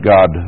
God